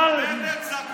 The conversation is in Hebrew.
בנט זקוק לחיבוק,